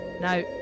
Now